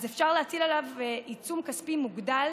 אפשר להטיל עליו עיצום כספי מוגדל